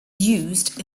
used